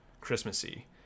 Christmassy